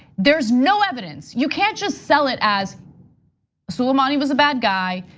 there's no evidence, you can't just sell it as soleimani was a bad guy,